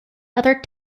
other